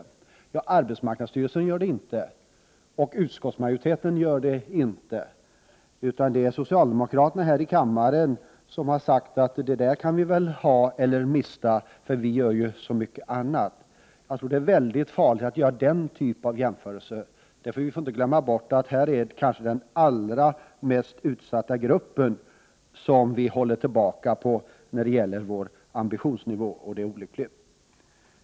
Men varken arbetsmarknadsstyrelsen eller utskottsmajoriteten har denna uppfattning, utan det är socialdemokraterna här i kammaren som har sagt att det där beloppet kan vi väl ha eller mista, för vi gör så mycket annat. Jag tror att det är väldigt farligt med den typen av jämförelser. Vi får inte glömma bort att det här gäller den allra mest utsatta gruppen, där man tydligen vill hålla en låg ambitionsnivå. Det är olyckligt.